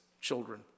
children